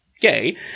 gay